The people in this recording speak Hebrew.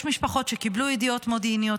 יש משפחות שקיבלו ידיעות מודיעיניות,